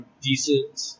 decent